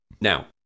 Now